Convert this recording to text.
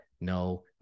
no